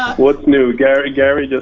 what's new, gary, gary,